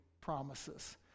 promises